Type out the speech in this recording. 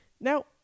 Now